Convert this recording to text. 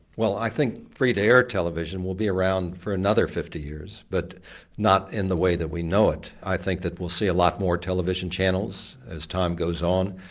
well, i think free-to-air television will be around for another fifty years but not in the way that we know it. i think that we'll see a lot more television channels as time goes on.